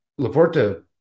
Laporta